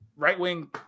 right-wing